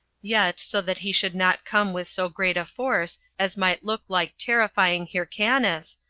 yet so that he should not come with so great a force as might look like terrifying hyrcanus,